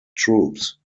troops